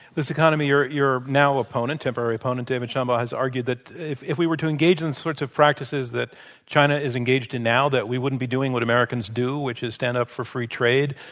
liz economy, your your now opponent temporary opponent, david shambaugh has argued that if if we were to engage in the sorts of practices that china is engaged in now, that we wouldn't be doing what americans do, which is stand up for free trade.